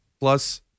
plus